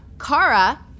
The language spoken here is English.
Kara